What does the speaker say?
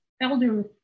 elder